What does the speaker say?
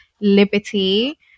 liberty